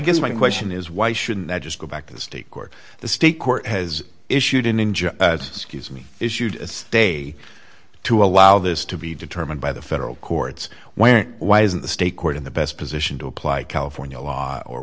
guess my question is why shouldn't i just go back to the state court the state court has issued an injunction excuse me issued a stay to allow this to be determined by the federal courts where why isn't the state court in the best position to apply california law or